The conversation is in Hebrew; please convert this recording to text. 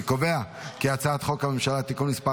אני קובע כי הצעת חוק הממשלה (תיקון מספר